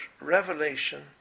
Revelation